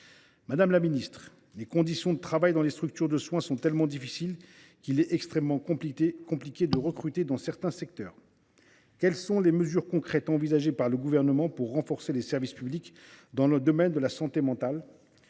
Madame la ministre, les conditions de travail dans les structures de soin sont tellement difficiles qu’il est extrêmement compliqué de recruter dans certains secteurs. Quelles sont les mesures concrètes envisagées par le Gouvernement pour renforcer les services publics dans le domaine de la santé mentale ?